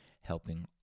helping